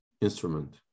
instrument